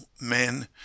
men